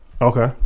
Okay